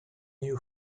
you